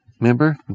Remember